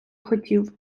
хотів